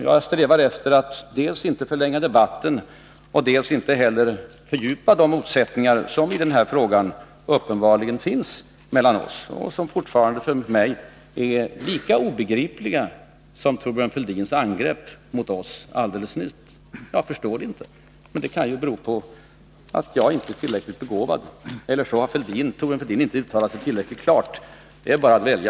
Jag strävar efter att dels inte förlänga debatten, dels inte heller fördjupa de motsättningar som i den här frågan uppenbarligen finns mellan oss och som för mig är lika obegripliga som Thorbjörn Fälldins angrepp mot oss alldeles nyss. Jag förstår inte. Det kan bero på att jag inte är tillräckligt begåvad — eller också har Thorbjörn Fälldin inte uttalat sig tillräckligt klart. Det är bara att välja.